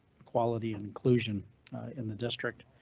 equality and inclusion in the district.